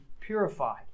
purified